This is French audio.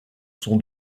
son